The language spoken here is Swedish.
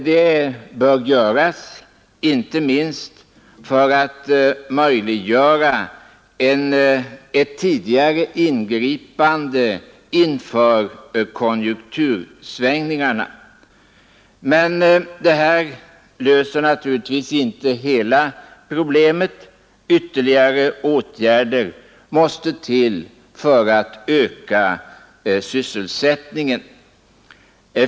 Den bör göras inte minst för att möjliggöra ett tidigare ingripande inför konjunktursvängningarna. Men det här löser naturligtvis inte hela problemet — ytterligare åtgärder måste till för att öka sysselsättningen.